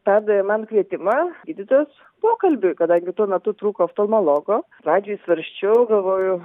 perdavė man kvietimą gydytojas pokalbiui kadangi tuo metu trūko stomologo pradžioj svarsčiau galvoju